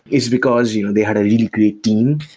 is because you know they had a really great team,